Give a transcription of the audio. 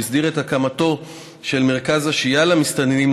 שהסדיר את הקמתו של מרכז השהייה למסתננים,